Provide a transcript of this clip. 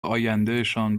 آیندهشان